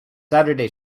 saturday